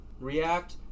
react